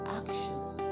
actions